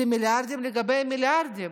זה מיליארדים על גבי מיליארדים,